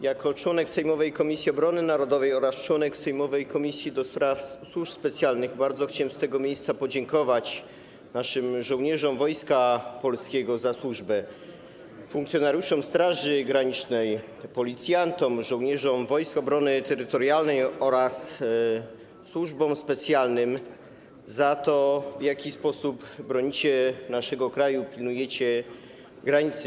Jako członek sejmowej Komisji Obrony Narodowej oraz członek sejmowej Komisji do Spraw Służb Specjalnych bardzo chciałem z tego miejsca podziękować naszym żołnierzom Wojska Polskiego za służbę, funkcjonariuszom Straży Granicznej, policjantom, żołnierzom Wojsk Obrony Terytorialnej oraz służbom specjalnym za to, w jaki sposób bronicie naszego kraju, pilnujecie granicy.